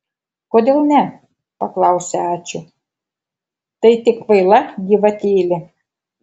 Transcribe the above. kodėl ne paklausė ačiū tai tik kvaila gyvatėlė